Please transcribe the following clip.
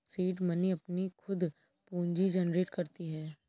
seed money अपनी खुद पूंजी जनरेट करती है